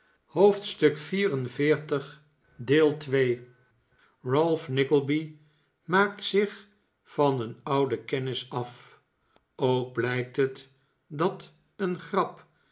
ralph nickleby maakt zich van een ouden kennis a ook blijkt het dat een grap